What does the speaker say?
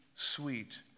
Sweet